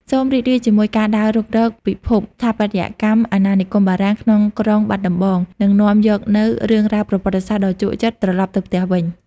សូមរីករាយជាមួយការដើររុករកពិភពស្ថាបត្យកម្មអាណានិគមបារាំងក្នុងក្រុងបាត់ដំបង និងនាំយកនូវរឿងរ៉ាវប្រវត្តិសាស្ត្រដ៏ជក់ចិត្តត្រឡប់ទៅផ្ទះវិញ។